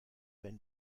wenn